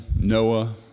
Noah